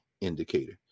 indicator